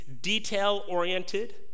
detail-oriented